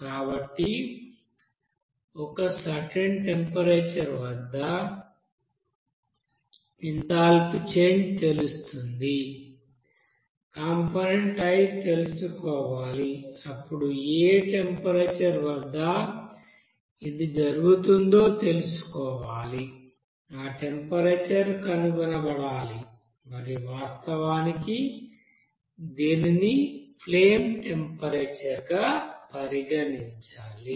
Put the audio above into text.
కాబట్టి ఒక certain temperature వద్ద ఎంథాల్పీ చేంజ్ తెలుస్తుంది కంపోనెంట్ I తెలుసుకోవాలి అప్పుడు ఏ టెంపరేచర్ వద్ద ఇది జరుగుతుందో తెలుసుకోవాలి ఆ టెంపరేచర్ కనుగొనబడాలి మరియు వాస్తవానికి దీనిని ఫ్లేమ్ టెంపరేచర్ గా పరిగణించాలి